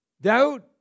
Doubt